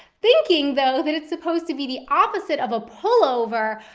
thinking, though, that it's supposed to be the opposite of a pullover,